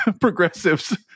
progressives